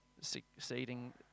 succeeding